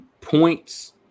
points